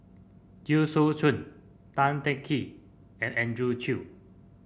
Teo Soon Chuan Tan Teng Kee and Andrew Chew